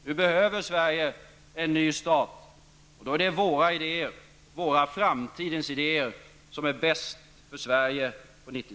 Nu behöver Sverige en ny start. Då är det våra idéer -- framtidens idéer -- som är bäst för Sverige på 90